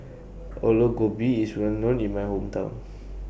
Aloo Gobi IS Well known in My Hometown